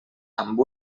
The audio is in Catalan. amb